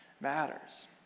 matters